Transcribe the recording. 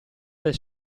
del